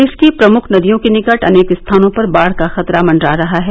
प्रदेश की प्रमुख नदियों के निकट अनेक स्थानों पर बाढ़ का खतरा मंडरा रहा है